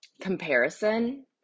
comparison